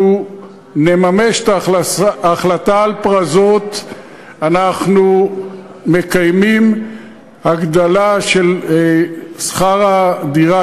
אנחנו נממש את ההחלטה על "פרזות"; אנחנו מקיימים הגדלה של שכר-הדירה,